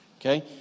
Okay